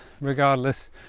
regardless